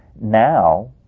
Now